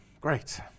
Great